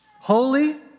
holy